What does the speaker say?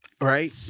right